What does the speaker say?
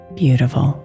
beautiful